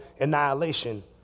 annihilation